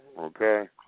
Okay